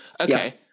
Okay